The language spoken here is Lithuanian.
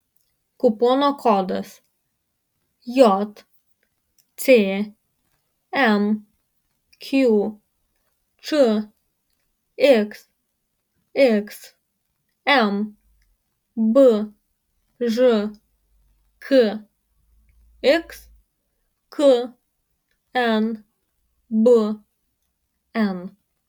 kupono kodas jcmq čxxm bžkx knbn